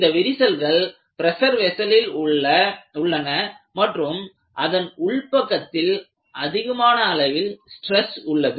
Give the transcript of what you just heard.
இந்த விரிசல்கள் பிரஷர் வெசலில் உள்ளன மற்றும் அதன் உள் பக்கத்தில் அதிகமான அளவில் ஸ்டிரஸ் உள்ளது